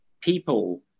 people